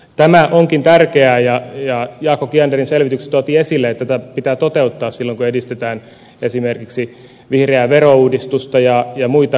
tämä onkin tärkeää ja jaakko kianderin selvityksessä tuotiin esille että tämä pitää toteuttaa silloin kun edistetään esimerkiksi vihreää verouudistusta ja muita kannustinohjauskeinoja